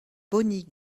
bonnie